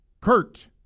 Kurt